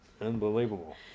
Unbelievable